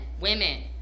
women